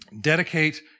Dedicate